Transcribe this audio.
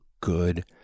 good